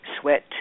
Sweat